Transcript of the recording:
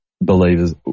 believers